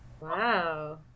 wow